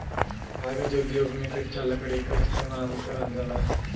कागज उद्योग में कच्चा लकड़ी क इस्तेमाल करल जाला